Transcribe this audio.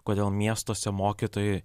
kodėl miestuose mokytojai